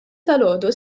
dalgħodu